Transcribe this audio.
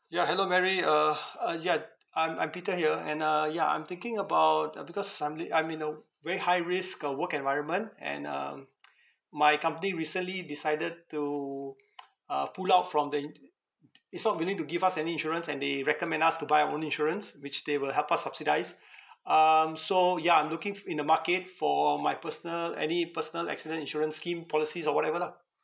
ya hello mary uh uh ya I'm I'm peter here and uh ya I'm thinking about uh because I'm li~ I'm in a very high risk uh work environment and um my company recently decided to uh pull out from the it's not willing to give us any insurance and they recommend us to buy our own insurance which they will help us subsidise um so ya I'm looking f~ in the market for my personal any personal accident insurance scheme policies or whatever lah